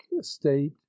state